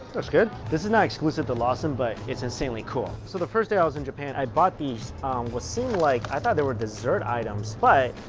that's good. this is not exclusive to lawson, but it's insanely cool. so the first day i was in japan i bought these what seemed like i thought they were dessert items but,